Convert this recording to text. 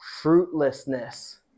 fruitlessness